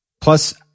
plus